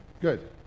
good